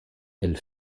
elle